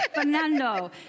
Fernando